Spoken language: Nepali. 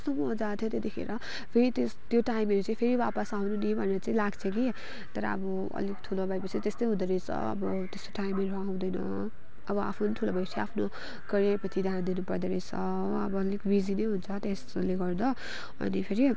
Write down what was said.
कस्तो मज्जा आएको थियो त्यतिखेर फेरि त्यो टाइमहरू चाहिँ फेरि वापस आउनु नि भनेर चाहिँ लाग्छ कि तर अब अलिक ठुलो भएपछि त्यस्तै हुँदो रहेछ अब त्यस्तो टाइमहरू आउँदैन अब आफू पनि ठुलो भएपछि आफ्नो करियरपट्टि ध्यान दिनु पर्दो रहेछ अब अलिक बिजी नै हुन्छ त्यसले गर्दा अनि फेरि